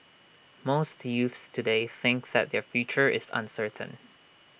most youths today think that their future is uncertain